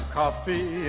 coffee